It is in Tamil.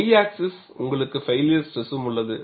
Y ஆக்ஸிஸ் உங்களுக்கு பைளியர் ஸ்ட்ரெசும் உள்ளது